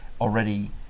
already